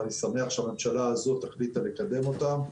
ואני שמח שהממשלה הזאת החליטה לקדם אותן.